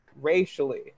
racially